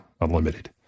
Unlimited